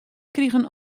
krigen